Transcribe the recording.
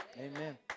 Amen